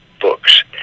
books